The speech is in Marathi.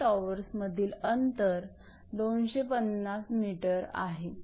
दोन टॉवर्समधील अंतर 250 𝑚 आहे